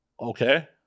Okay